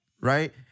Right